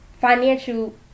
financial